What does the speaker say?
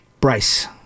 Bryce